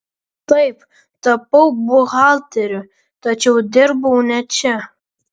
taip tapau buhalteriu tačiau dirbau ne čia